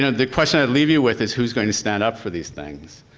the question i leave you with is, who's going to stand up for these things?